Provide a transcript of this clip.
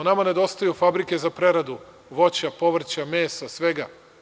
Nama nedostaju fabrike za preradu voća, povrća, mesa, svega.